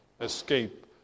escape